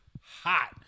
hot